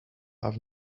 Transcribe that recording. have